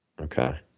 Okay